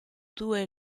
due